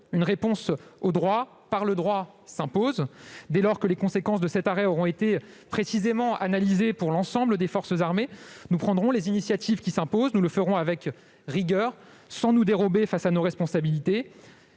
une réponse au droit par le droit s'impose. Dès lors que les conséquences de cet arrêt auront été précisément analysées pour l'ensemble des forces armées, nous prendrons les initiatives qui s'imposent. Nous le ferons avec rigueur sans nous soustraire à nos responsabilités,